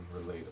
relatable